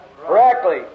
Correctly